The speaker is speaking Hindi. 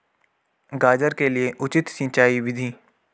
गाजर के लिए उचित सिंचाई विधि?